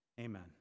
Amen